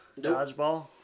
Dodgeball